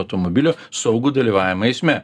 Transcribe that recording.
automobilio saugų dalyvavimą eisme